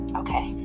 okay